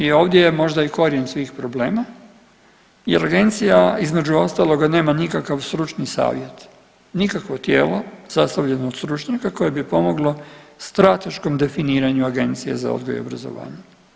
I ovdje je možda i korijen svih problema, jer agencija između ostaloga nema nikakav stručni savjet, nikakvo tijelo sastavljeno od stručnjaka koje bi pomoglo strateškom definiranju Agencije za odgoj i obrazovanje.